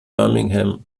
birmingham